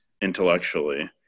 intellectually